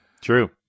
true